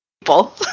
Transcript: people